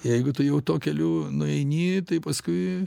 jeigu tu jau tuo keliu nueini tai paskui